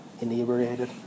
inebriated